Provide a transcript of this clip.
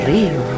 Rio